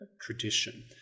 tradition